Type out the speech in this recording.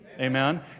amen